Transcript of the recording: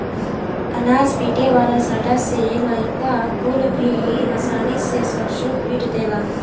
अनाज पीटे वाला सांटा से लईका कुल भी आसानी से सरसों पीट देलन